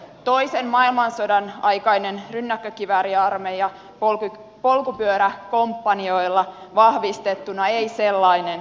toisen maailmansodan aikainen rynnäkkökivääriarmeija polkupyöräkomppanioilla vahvistettuna ei sellainen ole